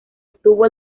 obtuvo